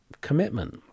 commitment